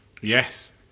Yes